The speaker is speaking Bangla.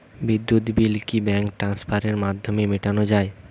বিদ্যুৎ বিল কি ব্যাঙ্ক ট্রান্সফারের মাধ্যমে মেটানো য়ায়?